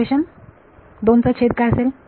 equation 2 चा छेद काय असेल